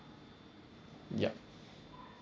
yup